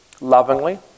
Lovingly